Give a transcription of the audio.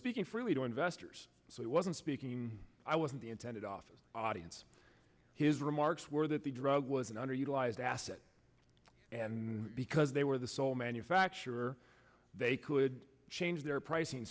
freely to investors so he wasn't speaking i wasn't the intended off of audience his remarks were that the drug was an underutilized asset and because they were the sole manufacturer they could change their pricing